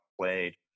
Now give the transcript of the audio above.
played